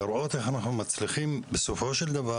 לראות איך אנחנו מצליחים בסופו של דבר